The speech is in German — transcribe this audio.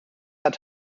hat